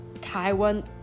Taiwan